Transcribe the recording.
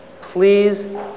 please